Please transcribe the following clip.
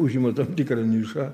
užimu tam tikrą nišą